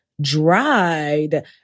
dried